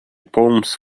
palms